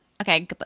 Okay